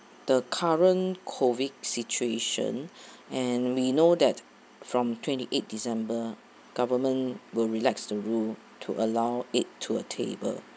the current COVID situation and we know that from twenty eight december government will relax the rule to allow it to a table